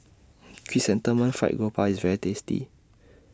Chrysanthemum Fried Garoupa IS very tasty